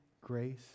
grace